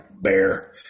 bear